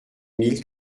mille